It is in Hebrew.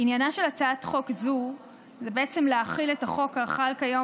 עניינה של הצעת חוק זו היא בעצם להחיל את החוק החל כיום